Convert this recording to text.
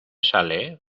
sale